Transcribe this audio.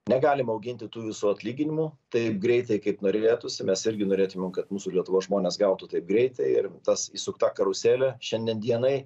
negalim auginti tų visų atlyginimų taip greitai kaip norėtųsi mes irgi norėtumėm kad mūsų lietuvos žmonės gautų taip greitai ir tas įsukta karuselė šiandien dienai